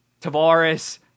Tavares